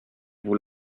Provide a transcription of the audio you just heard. vous